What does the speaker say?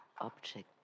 object